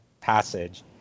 passage